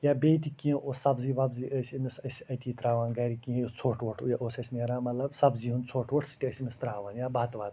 یا بیٚیہِ تہِ کیٚنٛہہ اوس سَبزی وَبزۍ ٲسۍ أمِس أسۍ اَتی ترٛاوان گھرِ کِنۍ یۄس ژھۄٹھ وۄٹھ ٲس اسہِ نیران مطلب سبزی ہیٛونٛد ژھۄٹھ وۄٹھ سُہ تہِ ٲسۍ أمِس ترٛاوان یا بتہٕ وَتہٕ